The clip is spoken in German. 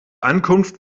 ankunft